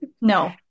no